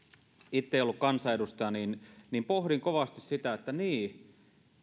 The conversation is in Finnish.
itse en ollut kansanedustaja pohdin kovasti sitä että niin